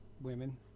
Women